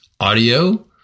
audio